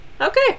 Okay